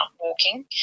walking